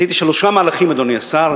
עשיתי שלושה מהלכים, אדוני השר.